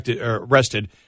arrested